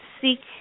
seek